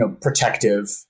protective